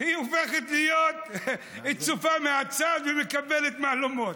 היא הופכת להיות צופה מהצד ומקבלת מהלומות.